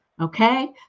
okay